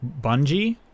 Bungie